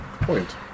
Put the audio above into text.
Point